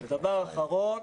דבר אחרון.